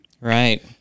Right